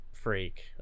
Freak